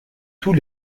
tous